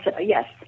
Yes